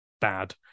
bad